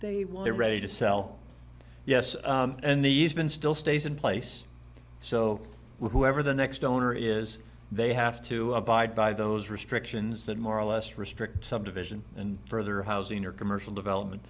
they are ready to sell yes and these been still stays in place so whoever the next donor is they have to abide by those restrictions that more or less restrict subdivision and further housing or commercial development